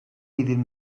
iddyn